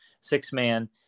six-man